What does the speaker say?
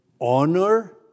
honor